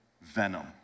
venom